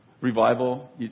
Revival